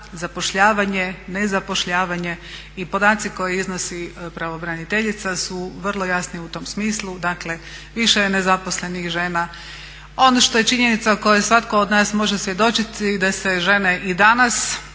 zapošljavanje, nezapošljavanje i podaci koje iznosi pravobraniteljica su vrlo jasni u tom smislu, dakle više je nezaposlenih žena. Ono što je činjenica o kojoj svatko od nas može svjedočiti da se žene i danas